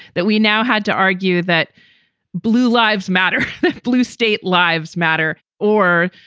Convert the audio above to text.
that we now had to argue that blue lives matter, blue state lives matter, or,